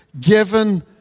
given